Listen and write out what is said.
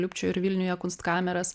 lipčių ir vilniuje kunstkameras